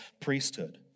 priesthood